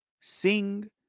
sing